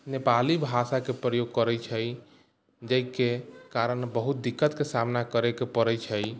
नेपाली भाषाके प्रयोग करैत छै जाहिके कारण बहुत दिक्कतके सामना करैके पड़ैत छै